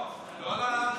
לא.